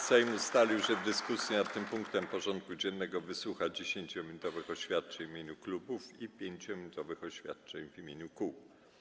Sejm ustalił, że w dyskusji nad tym punktem porządku dziennego wysłucha 10-minutowych oświadczeń w imieniu klubów i 5-minutowych oświadczeń w imieniu kół.